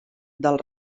del